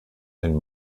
einen